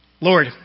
Lord